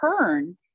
turn